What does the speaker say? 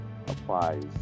applies